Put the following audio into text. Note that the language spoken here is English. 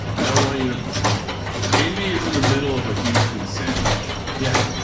i don't want you to indie is in the middle of a houston sandwich. yeah.